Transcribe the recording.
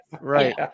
Right